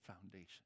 foundation